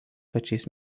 pačiais